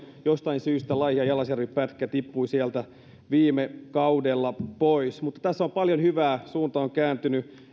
jostain syystä laihia jalasjärvi pätkä tippui sieltä viime kaudella pois mutta tässä on paljon hyvää suunta on kääntynyt